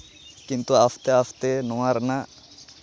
ᱠᱤᱱᱛᱩ ᱟᱥᱛᱮ ᱟᱥᱛᱮ ᱱᱚᱣᱟ ᱨᱮᱱᱟᱜ